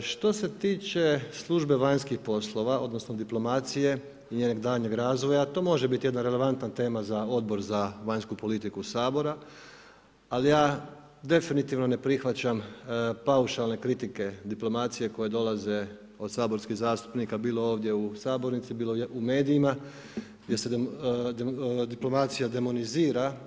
Što se tiče službe vanjskih poslova, odnosno diplomacije i njenog daljnjeg razvoja, to može biti jedna relevantna tema za Odbor za vanjsku politiku Sabora ali ja definitivno ne prihvaćam paušalne kritike diplomacije koje dolaze od saborskih zastupnika bilo ovdje u sabornici bilo u medijima gdje se diplomacija demonizira.